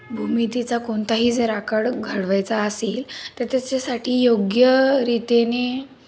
भूमितीचा कोणताही जरा कडक घडवायचा असेल तर त्याच्यासाठी योग्यरीतीने